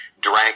drank